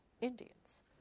Indians